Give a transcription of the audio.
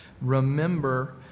Remember